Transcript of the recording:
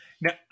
Now